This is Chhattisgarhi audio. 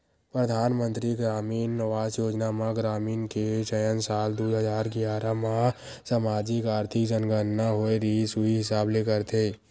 परधानमंतरी गरामीन आवास योजना म ग्रामीन के चयन साल दू हजार गियारा म समाजिक, आरथिक जनगनना होए रिहिस उही हिसाब ले करथे